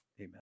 Amen